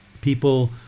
People